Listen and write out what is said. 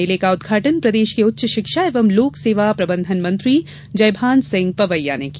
मेले का उद्घाटन प्रदेश के उच्च शिक्षा एवं लोक सेवा प्रबंधन मंत्री जयभान सिंह पवैया ने किया